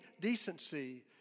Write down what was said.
decency